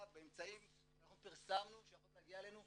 באמצעים שאנחנו פרסמנו שיכולים להגיע אלינו,